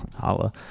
Holla